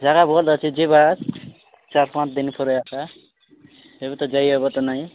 ଜାଗା ବହୁତ ଅଛି ଯିବା ଚାରି ପାଞ୍ଚ ଦିନ ପରେ ଏକା ଏବେ ତ ଯାଇ ହେବ ତ ନାହିଁ